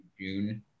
June